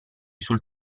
sul